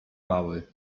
mały